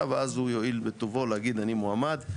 ואז הוא יואיל בטובו להגיד אני מועמד.